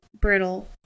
brittle